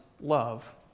love